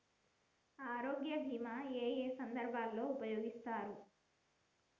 ఆరోగ్య బీమా ఏ ఏ సందర్భంలో ఉపయోగిస్తారు?